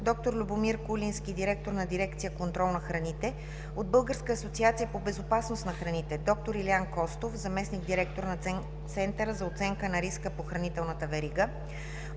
д-р Любомир Кулински – директор на Дирекция „Контрол на храните“; от Българската агенция по безопасност на храните: д-р Илиян Костов – заместник-директор на Центъра за оценка на риска по хранителната верига;